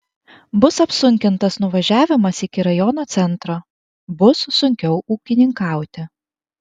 bus apsunkintas nuvažiavimas iki rajono centro bus sunkiau ūkininkauti